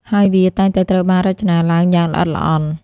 ហើយវាតែងតែត្រូវបានរចនាឡើងយ៉ាងល្អិតល្អន់។